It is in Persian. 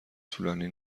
طولانی